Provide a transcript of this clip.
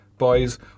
Boys